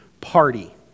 party